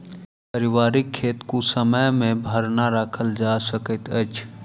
पारिवारिक खेत कुसमय मे भरना राखल जा सकैत अछि